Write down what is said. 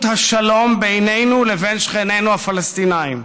השלום בינינו לבין שכנינו הפלסטינים.